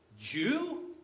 Jew